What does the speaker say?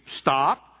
stop